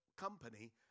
company